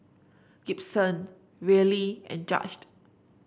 Gibson Areli and Judge